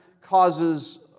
causes